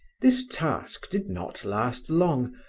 this task did not last long,